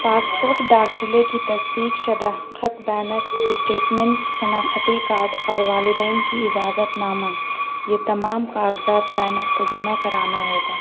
passport داخلے کی تصدق شداخط بینک اسٹیٹمنٹ شناخط کارڈ اور والدین کی اجازت نامہ یہ تمام کاغذات بینک کو جمع کرانا ہوگا